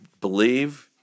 believe